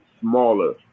smaller